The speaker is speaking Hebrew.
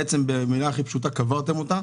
בעצם במילה הכי פשוטה קברתם את התוכנית,